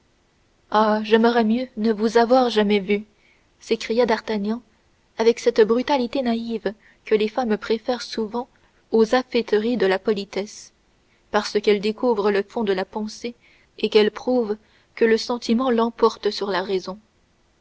ah j'aimerais mieux ne vous avoir jamais vue s'écria d'artagnan avec cette brutalité naïve que les femmes préfèrent souvent aux afféteries de la politesse parce qu'elle découvre le fond de la pensée et qu'elle prouve que le sentiment l'emporte sur la raison